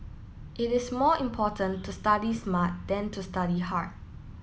it is more important to study smart than to study hard